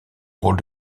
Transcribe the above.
rôle